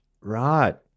Right